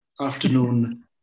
afternoon